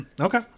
Okay